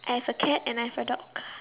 I have a cat and I have a dog